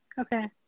Okay